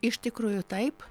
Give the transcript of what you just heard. iš tikrųjų taip